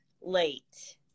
late